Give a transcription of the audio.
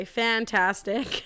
fantastic